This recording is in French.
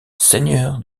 seigneur